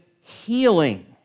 healing